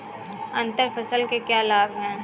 अंतर फसल के क्या लाभ हैं?